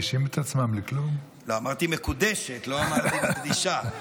אמרתי "מקודשת", לא אמרתי "מקדישה".